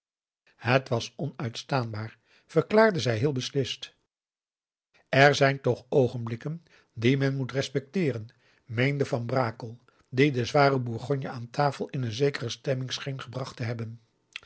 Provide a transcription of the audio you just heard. het was onuitstaanbaar verklaarde zij heel beslist er zijn toch oogenblikken die men moet respecteeren meende van brakel dien de zware bourgogne aan tafel in een zekere stemming scheen gebracht te hebben